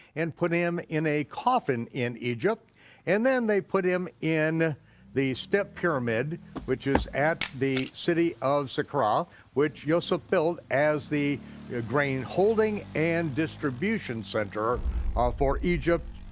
and put him in a coffin in egypt and then they put him in the step pyramid which is at the city of sakkara which yoseph built as the grain holding and distribution center for egypt,